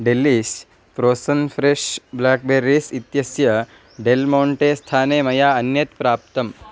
delish प्रोसन् fresh blackberries इत्यस्य Del Monte स्थाने मया अन्यत् प्राप्तम्